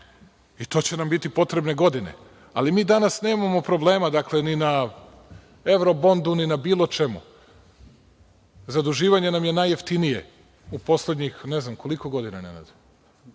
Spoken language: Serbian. za to će nam biti potrebne godine, ali mi danas nemamo problema ni na evrobondu, ni na bilo čemu. Zaduživanje nam je najjeftinije, u poslednjih ne znam koliko godina, Nenade?